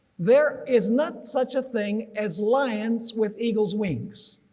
there is not such a thing as lions with eagle's wings.